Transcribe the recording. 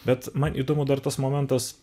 bet man įdomu dar tas momentas